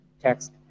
text